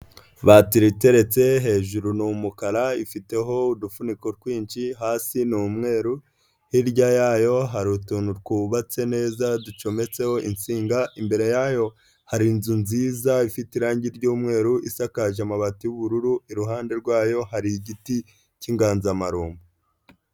Batiri iteretse, hejuru ni umukara, ifiteho udufuniko twinshi, hasi n'umweru, hirya yayo hari utuntu twubatse neza, ducometseho insinga, imbere yayo hari inzu nziza ifite irangi ry'umweru isakaje amabati y'ubururu, iruhande rwayo hari igiti cy'inganzamarumbo.